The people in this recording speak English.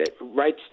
Right